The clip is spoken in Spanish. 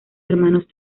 hermanos